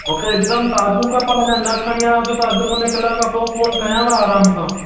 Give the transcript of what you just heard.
मूंखे हिकदमि ताज़ियूं खपनि अञा न खणी आया हुजो त अध मुने कलाक खां पोइ फ़ोन कयांव आराम सां